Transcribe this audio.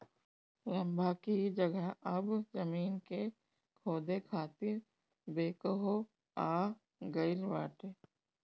रम्भा की जगह अब जमीन के खोदे खातिर बैकहो आ गईल बाटे